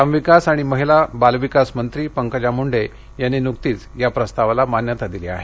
ग्रामविकास आणि महिला बालविकासमंत्री पंकजा मुंडे यांनी नुकतीच या प्रस्तावाला मान्यता दिली आहे